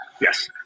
yes